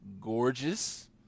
gorgeous